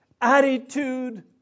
attitude